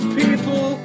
people